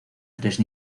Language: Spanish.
tres